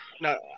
No